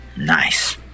Nice